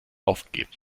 aufgegeben